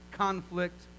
conflict